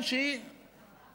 בוא נגיד ככה,